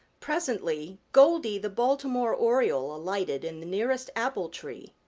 presently goldy the baltimore oriole alighted in the nearest apple-tree,